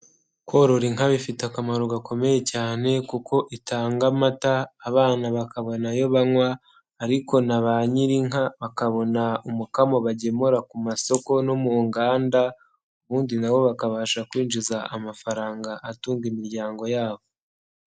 Korora inka bifite akamaro gakomeye cyane kuko itanga amata abana bakabona ayo banywa ariko na ba nyirinka bakabona umukamo bagemura ku masoko no mu nganda ubundi na bo bakabasha kwinjiza amafaranga atunga imiryango yabo.